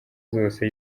zose